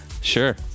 Sure